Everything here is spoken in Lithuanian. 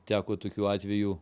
teko tokių atvejų